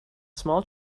small